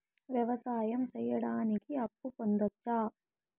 వ్యవసాయం సేయడానికి అప్పు పొందొచ్చా?